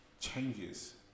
changes